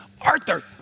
Arthur